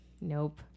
Nope